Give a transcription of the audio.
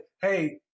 hey